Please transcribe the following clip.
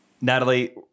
Natalie